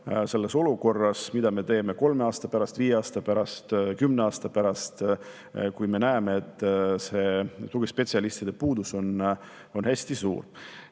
selles olukorras: mida me teeme kolme aasta pärast, viie aasta pärast, kümne aasta pärast, kui me näeme, et tugispetsialistide puudus on hästi suur. Teine